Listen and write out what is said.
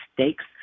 stakes